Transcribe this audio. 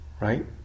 Right